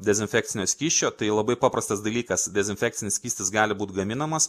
dezinfekcinio skysčio tai labai paprastas dalykas dezinfekcinis skystis gali būt gaminamas